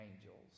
angels